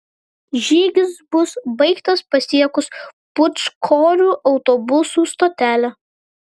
žygis bus baigtas pasiekus pūčkorių autobusų stotelę